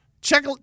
Check